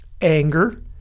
anger